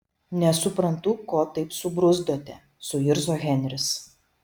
nesuprantu ko taip subruzdote suirzo henris